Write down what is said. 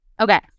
Okay